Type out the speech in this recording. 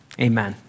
Amen